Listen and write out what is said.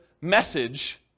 message